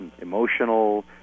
emotional